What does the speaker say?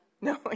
No